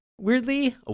weirdly